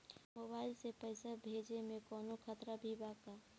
Mobile से पैसा भेजे मे कौनों खतरा भी बा का?